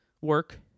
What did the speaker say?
work